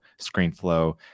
ScreenFlow